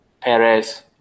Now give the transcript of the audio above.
Perez